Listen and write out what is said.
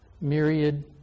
myriad